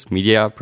Media